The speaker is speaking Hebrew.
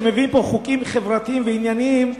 שמביאים לפה חוקים חברתיים וענייניים,